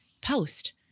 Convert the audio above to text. post